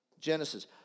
Genesis